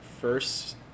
first